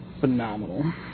phenomenal